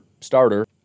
starter